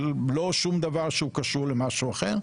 לא שום דבר שהוא קשור למשהו אחר,